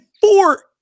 four